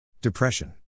Depression